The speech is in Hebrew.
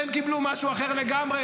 והם קיבלו משהו אחר לגמרי,